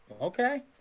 Okay